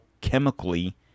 chemically